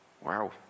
Wow